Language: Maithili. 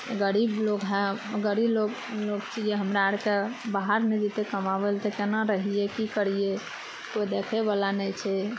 गरीब लोग है गरीब लोग लोक छियै हमरा आरके बाहर नहि जेतै कमाबै ले केना रहियै की करियै कोइ देखै बला नहि छै